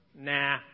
Nah